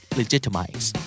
legitimize